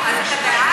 נו, אז אתה בעד?